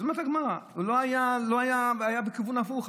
אז אומרת הגמרא: היה בכיוון ההפוך.